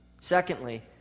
Secondly